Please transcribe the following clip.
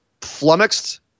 flummoxed